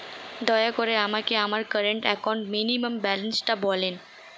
দয়া করে আমাকে আমার কারেন্ট অ্যাকাউন্ট মিনিমাম ব্যালান্সটা বলেন